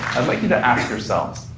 i'd like you to ask yourself,